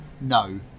no